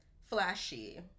flashy